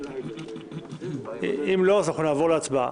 אם לא, נעבור להצבעה.